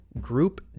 group